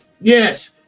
Yes